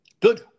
Good